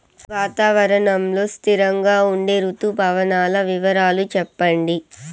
వాతావరణం లో స్థిరంగా ఉండే రుతు పవనాల వివరాలు చెప్పండి?